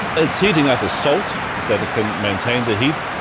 and it's heating up a salt that can maintain the heat,